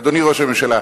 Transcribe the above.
אדוני ראש הממשלה,